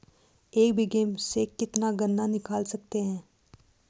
एक बीघे में से कितना गन्ना निकाल सकते हैं?